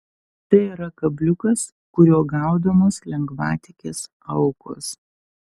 tai yra kabliukas kuriuo gaudomos lengvatikės aukos